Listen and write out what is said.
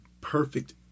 perfect